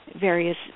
various